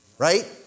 Right